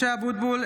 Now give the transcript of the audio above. (קוראת בשמות חברי הכנסת) משה אבוטבול,